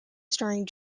starring